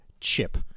chip